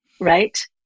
right